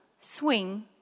swing